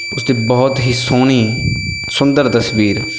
ਉਸ 'ਤੇ ਬਹੁਤ ਹੀ ਸੋਹਣੀ ਸੁੰਦਰ ਤਸਵੀਰ